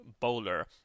bowler